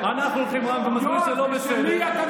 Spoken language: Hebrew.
בשם מי אתה מדבר?